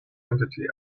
entity